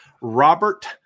Robert